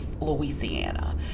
Louisiana